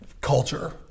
culture